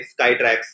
Skytrax